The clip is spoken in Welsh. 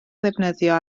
ddefnyddio